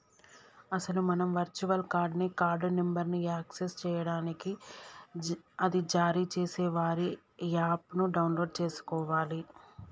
అసలు మనం virtual card ని కార్డు నెంబర్ను యాక్సెస్ చేయడానికి అది జారీ చేసే వారి యాప్ ను డౌన్లోడ్ చేసుకోవాలి